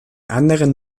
anderen